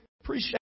appreciate